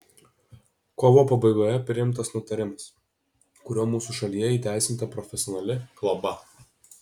kovo pabaigoje priimtas nutarimas kuriuo mūsų šalyje įteisinta profesionali globa